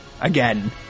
again